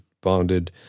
Bonded